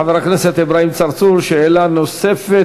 חבר הכנסת אברהים צרצור, שאלה נוספת.